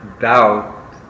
doubt